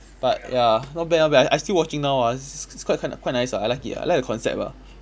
but ya not bad not bad I I still watching now ah s~ it's quite n~ quite nice ah I like it I like the concept ah